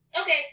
Okay